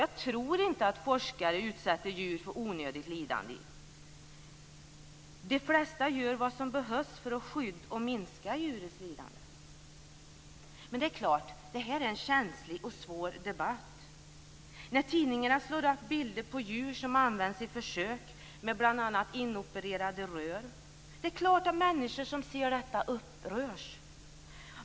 Jag tror inte att forskare utsätter djur för onödigt lidande, utan de flesta gör vad som behövs för att skydda och minska djurens lidande. Det är klart att detta är en känslig och svår debatt. När tidningarna slår upp bilder på djur som används i försök med bl.a. inopererade rör är det klart att människor som ser detta upprörs.